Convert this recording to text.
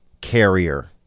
Carrier